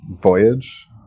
voyage